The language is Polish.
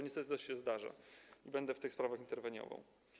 Niestety to się zdarza i będę w tych sprawach interweniował.